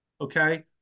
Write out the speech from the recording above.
okay